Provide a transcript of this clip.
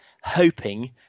hoping